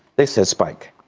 they said spike.